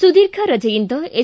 ಸುದೀರ್ಘ ರಜೆಯಿಂದ ಎಸ್